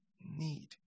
need